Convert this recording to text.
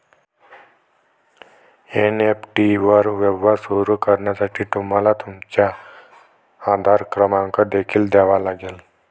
NEFT वर व्यवहार सुरू करण्यासाठी तुम्हाला तुमचा आधार क्रमांक देखील द्यावा लागेल